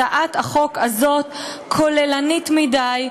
הצעת החוק הזאת כוללנית מדי,